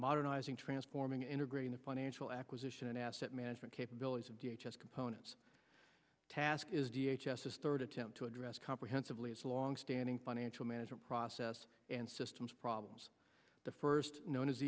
modernizing transforming integrating the financial acquisition and asset management capabilities of the h s components task is d h s s third attempt to address comprehensively its longstanding financial management process and systems problems the first known as